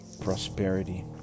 prosperity